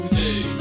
hey